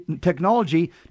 technology